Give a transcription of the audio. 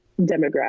demographic